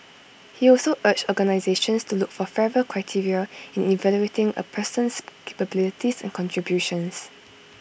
he also urged organisations to look for fairer criteria in evaluating A person's capabilities and contributions